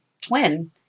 twin